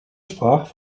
sprach